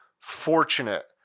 fortunate